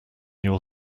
your